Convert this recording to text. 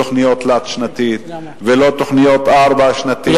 לא תוכנית תלת-שנתית ולא תוכנית ארבע-שנתית,